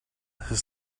his